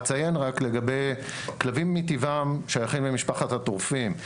אני אציין רק שכלבים מטבעם שייכים למשפחת הטורפים.